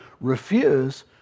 refuse